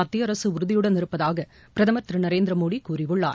மத்தியஅரசுஉறுதியுடன் இருப்பதாகபிரதமர் திருநரேந்திரமோடிகூறியுள்ளார்